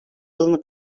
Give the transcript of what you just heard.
yılını